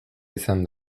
izan